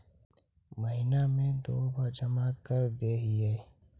महिना मे दु बार जमा करदेहिय?